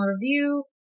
review